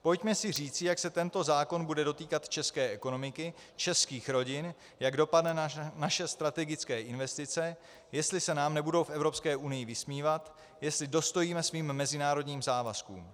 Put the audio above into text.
Pojďme si říci, jak se tento zákon bude dotýkat české ekonomiky, českých rodin, jak dopadnou naše strategické investice, jestli se nám nebudou v Evropské unii vysmívat, jestli dostojíme svým mezinárodním závazkům.